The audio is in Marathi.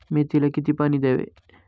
मेथीला किती पाणी द्यावे?